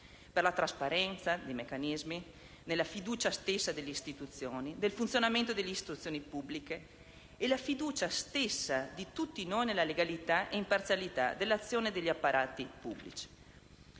alla trasparenza dei meccanismi, alla fiducia stessa delle istituzioni, al funzionamento delle istituzioni pubbliche e alla fiducia stessa di tutti noi nella legalità e imparzialità degli apparati pubblici.